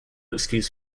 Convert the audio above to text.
excuse